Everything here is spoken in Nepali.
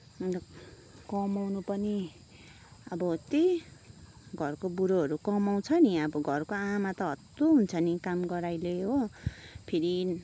अन्त कमाउनु पनि अब त्यही घरको बुढोहरू कमाउँछ नि अब घरको आमा हत्तु हुन्छ नि काम गराइले हो फेरि